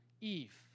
Eve